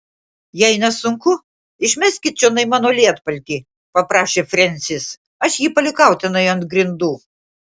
jei nesunku išmeskit čionai mano lietpaltį paprašė frensis aš jį palikau tenai ant grindų